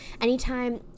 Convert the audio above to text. anytime